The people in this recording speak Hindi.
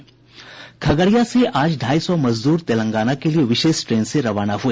खगड़िया से आज ढ़ाई सौ मजदूर तेलंगाना के लिए विशेष ट्रेन से रवाना हुए